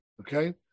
Okay